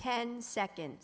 ten second